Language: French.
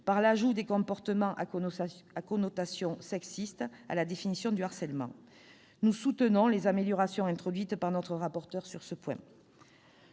par l'ajout des comportements à connotation sexiste à la définition du harcèlement. Nous soutenons les améliorations introduites par notre rapporteur sur ce point.